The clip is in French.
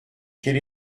quelle